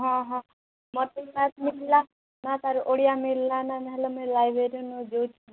ହଁ ହଁ ମତେ ମ୍ୟାଥ୍ ବହି ମିଲଲା ନା ତାର ଓଡ଼ିଆ ମିଲଲା ନା ନାହେଲେ ମୁଇଁ ଲାଇବ୍ରେରୀରୁ ଯୋଉ